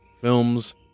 films